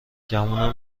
گمونم